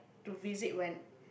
to visit when